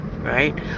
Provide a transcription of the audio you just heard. Right